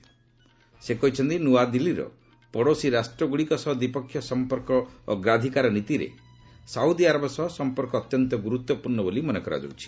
ସେ କହିଛନ୍ତି ନୂଆଦିଲ୍ଲୀର ପଡ଼ୋଶୀ ରାଷ୍ଟ୍ରଗୁଡ଼ିକ ସହ ଦ୍ୱିପକ୍ଷୀୟ ସଂପର୍କ ଅଗ୍ରାଧିକାର ନୀତିରେ ସାଉଦି ଆରବ ସହ ସଂପର୍କ ଅତ୍ୟନ୍ତ ଗୁରୁତ୍ୱପୂର୍ଣ୍ଣ ବୋଲି ମନେକରାଯାଉଛି